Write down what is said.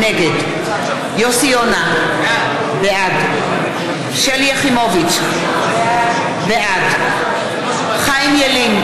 נגד יוסי יונה, בעד שלי יחימוביץ, בעד חיים ילין,